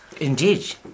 Indeed